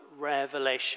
Revelation